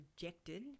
rejected